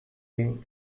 ging